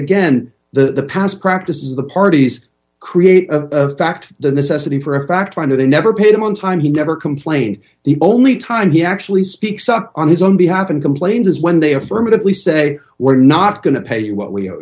again the past practices of the parties create a fact the necessity for a fact finder they never paid him on time he never complained the only time he actually speaks up on his own behalf and complains is when they affirmatively say we're not going to pay you what we are